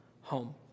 home